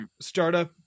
startup